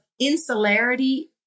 insularity